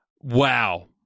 wow